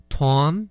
Tom